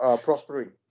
Prospering